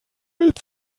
mit